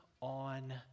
on